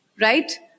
right